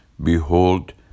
Behold